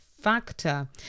factor